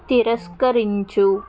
తిరస్కరించు